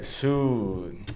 shoot